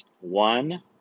One